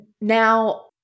now